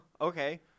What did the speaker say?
Okay